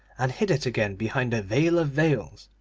and hid it again behind the veil of veils,